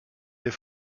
des